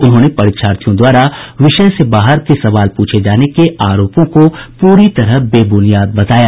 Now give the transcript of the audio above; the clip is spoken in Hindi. उन्होंने परीक्षार्थियों द्वारा विषय से बाहर के सवाल पूछे जाने के आरोपों को पूरी तरह बेबुनियाद बताया